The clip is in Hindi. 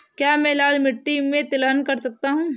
क्या मैं लाल मिट्टी में तिलहन कर सकता हूँ?